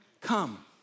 come